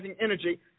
energy